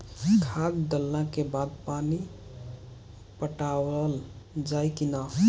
खाद डलला के बाद पानी पाटावाल जाई कि न?